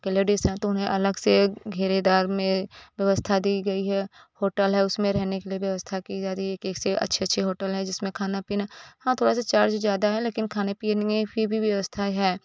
कि लेडीस हैं तो उन्हें अलग से घेरेदार में व्यवस्था दी गई है होटल है उसमें रहने के लिए व्यवस्था की जा रही है कि अच्छे अच्छे होटल है जिसमें खाना पीना हाँ थोड़ा सा चार्ज ज़्यादा है लेकिन खाने पीने में फिर भी व्यवस्था है